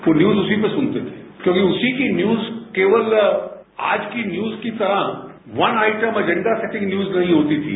वो न्यूज उसी पर सुनते थे क्योंकि उसी की न्यूज केवल आज की न्यूज तरह one item agenda settings news नहीं होती थी